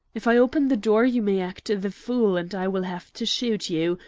if i open the door you may act the fool, and i will have to shoot you,